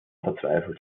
verzweifelt